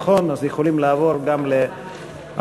אז אנחנו יכולים לעבור גם להצבעות.